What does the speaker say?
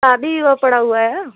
शादी विवाह पड़ा हुआ है